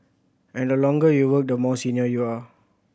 and the longer you work the more senior you are